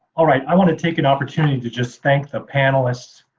all right. i want to take an opportunity to just thank the panelists,